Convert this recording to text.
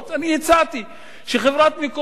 אני הצעתי שחברת "מקורות",